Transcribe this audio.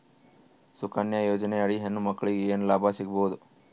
ಸುಕನ್ಯಾ ಯೋಜನೆ ಅಡಿ ಹೆಣ್ಣು ಮಕ್ಕಳಿಗೆ ಏನ ಲಾಭ ಸಿಗಬಹುದು?